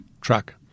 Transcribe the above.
truck